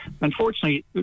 Unfortunately